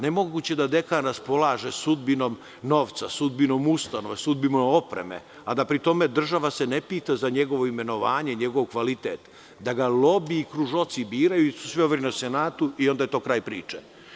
Nemoguće je da dekan raspolože sudbinom novca, sudbinom ustanove, sudbinom opreme, a da se pri tome država ne pita za njegovo imenovanje i njegov kvalitet, da ga lobiji i kružoci, birajući se sve overe na senatu i onda je to kraj priče.